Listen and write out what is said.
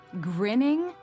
grinning